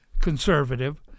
conservative